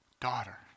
daughter